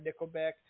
Nickelback